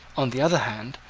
on the other hand,